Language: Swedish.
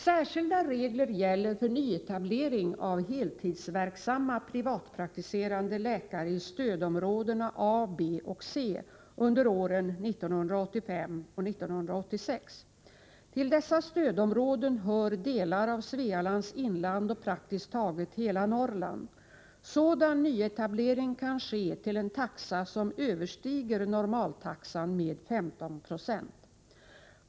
Särskilda regler gäller för nyetablering av heltidsverksamma privatpraktiserande läkare i stödområdena A, B och C under åren 1985 och 1986. Till dessa stödområden hör delar av Svealands inland och praktiskt taget hela Norrland. Sådan nyetablering kan ske till en taxa som överstiger normaltaxan med 15 96.